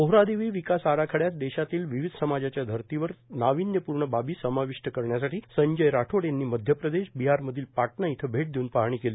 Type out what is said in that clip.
पोहरादेवी विकास आराखड्यात देशातील विविध समाजच्या धर्तीवर नाविन्यपूर्ण बाबी समाविष्ट करण्यासाठी संजय राठोड यांनी मध्यप्रदेश बिहारमधील पटणा येथे भेट देऊन पाहणी केली